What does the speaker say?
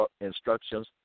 instructions